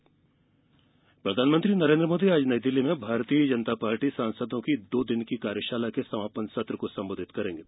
सांसद कार्यशाला प्रधानमंत्री नरेंद्र मोदी आज नई दिल्ली में भारतीय जनता पार्टी सांसदों की दो दिन की कार्यशाला के समापन सत्र को संबोधित करेंगे